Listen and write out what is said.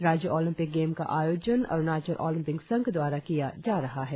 राज्य Olympic games का आयोजन अरुणाचल ओलम्पिक संघ द्वारा किया जा रहा है